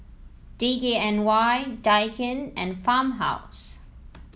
D K N Y Daikin and Farmhouse